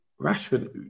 Rashford